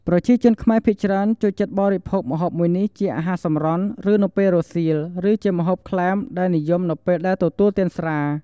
ប្រជាជនខ្មែរភាគច្រើន ចូលចិត្តបរិភោគម្ហូបមួយនេះជាអាហារសម្រន់ នៅពេលរសៀល ឬជាម្ហូបក្លែមដែលនិយមនៅពេលដែលទទួលទានស្រា។